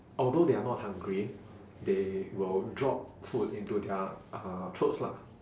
although they are not hungry they will drop food into their uh throats lah